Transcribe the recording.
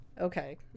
okay